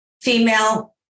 female